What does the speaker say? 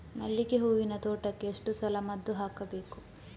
ಮಲ್ಲಿಗೆ ಹೂವಿನ ತೋಟಕ್ಕೆ ಎಷ್ಟು ಸಲ ಮದ್ದು ಹಾಕಬೇಕು?